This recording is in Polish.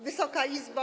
Wysoka Izbo!